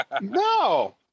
No